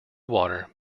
water